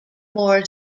more